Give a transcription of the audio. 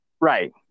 Right